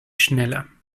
schneller